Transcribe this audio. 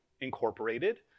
Incorporated